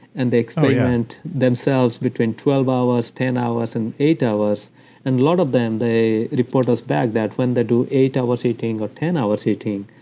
and they experiment themselves between twelve hours, ten hours and eight hours and, a lot of them, they report us back that when they do eight hours eating or ten hours eating,